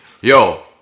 yo